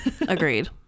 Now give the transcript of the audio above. Agreed